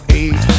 eight